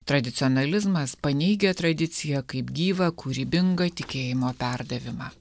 tradicionalizmas paneigia tradiciją kaip gyvą kūrybingą tikėjimo perdavimą